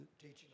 teaching